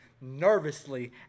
nervously